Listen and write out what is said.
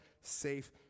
safe